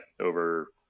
over